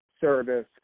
service